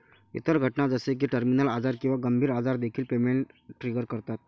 इतर घटना जसे की टर्मिनल आजार किंवा गंभीर आजार देखील पेमेंट ट्रिगर करतात